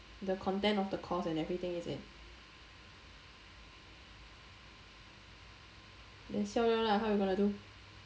the content of the course and everything is it then siao liao lah how you going to do